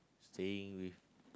staying with